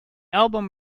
album